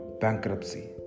bankruptcy